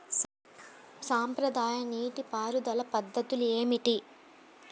సాంప్రదాయ నీటి పారుదల పద్ధతులు ఏమిటి?